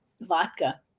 vodka